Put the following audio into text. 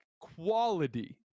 quality